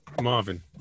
Marvin